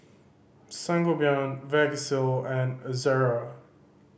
Sangobion Vagisil and Ezerra